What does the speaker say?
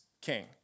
king